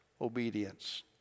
obedience